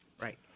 Right